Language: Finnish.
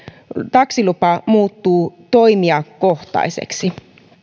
taksilupa muuttuu toimijakohtaiseksi